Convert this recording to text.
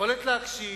על היכולת להקשיב,